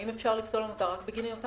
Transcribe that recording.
האם אפשר לפסול עמותה רק בגין היותה